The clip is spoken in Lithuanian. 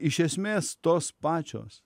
iš esmės tos pačios